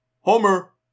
Homer